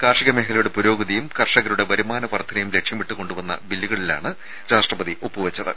കാർഷികമേഖലയുടെ പുരോഗതിയും കർഷകരുടെ വരുമാന വർധനയും ലക്ഷ്യമിട്ട് കൊണ്ടുവന്ന ബില്ലുകളിലാണ് രാഷ്ട്രപതി ഒപ്പുവെച്ചത്